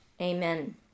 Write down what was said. Amen